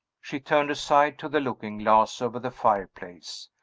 she turned aside to the looking-glass over the fire-place.